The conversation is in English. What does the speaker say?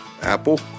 Apple